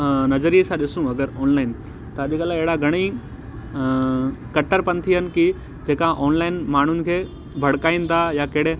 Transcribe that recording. नज़रीए सां ॾिसूं अगरि ऑनलाइन त अॼकल्ह अहिड़ा घणेई कट्टरपंथी आहिनि की जेका ऑनलाइन माण्हूनि खे भड़काइनि था या कहिड़े